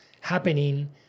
happening